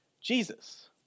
Jesus